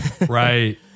Right